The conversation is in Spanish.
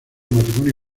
matrimonio